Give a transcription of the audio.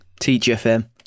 TGFM